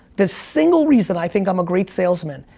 the single reason i think i'm a great salesman,